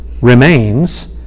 remains